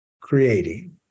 creating